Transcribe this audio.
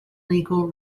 legal